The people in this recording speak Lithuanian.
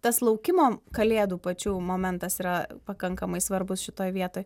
tas laukimo kalėdų pačių momentas yra pakankamai svarbus šitoje vietoj